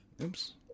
Oops